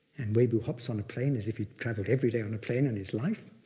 and webu hops on a plane as if he'd traveled every day on a plane in his life.